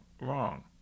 wrong